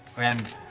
and